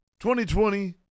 2020